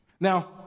Now